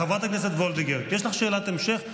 חברת הכנסת וולדיגר, יש לך שאלת המשך?